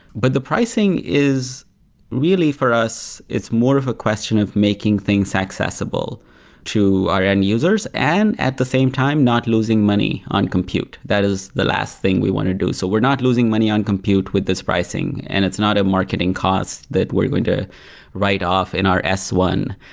but the pricing is really for us, it's more of a question of making things accessible to our end-users and at the same time, not losing money on compute. that is the last thing we want to do so we're not losing money on compute with this pricing and it's not a marketing cost that we're going to write off in our s one.